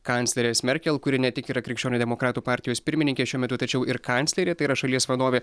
kanclerės merkel kuri ne tik yra krikščionių demokratų partijos pirmininkė šiuo metu tačiau ir kanclerė tai yra šalies vadovė